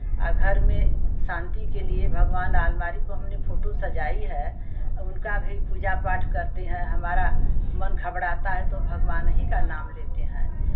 घर में शांति के लिए भगवान आलमारी पर हमने फोटो सजाई है उनका भी पूजा पाठ करते हैं हमारा मन घबड़ाता है तो भगवान ही का नाम लेते हैं